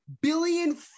billion